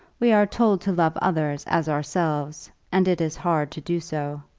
we are told to love others as ourselves, and it is hard to do so.